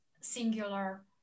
singular